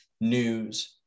news